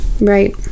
Right